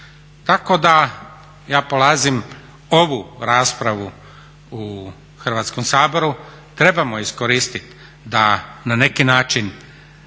Tako da ja polazim ovu raspravu u Hrvatskom saboru trebamo iskoristiti da na neki način